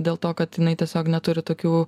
dėl to kad jinai tiesiog neturi tokių